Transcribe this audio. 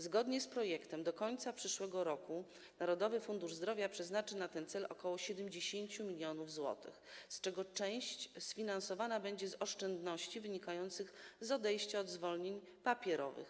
Zgodnie z projektem do końca przyszłego roku Narodowy Fundusz Zdrowia przeznaczy na ten cel ok. 70 mln zł, z czego część sfinansowana będzie z oszczędności wynikających z odejścia od zwolnień papierowych.